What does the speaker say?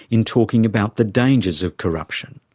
in talking about the dangers of corruption.